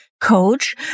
Coach